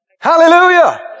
Hallelujah